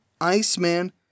Iceman